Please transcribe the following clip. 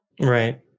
right